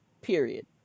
period